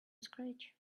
scratch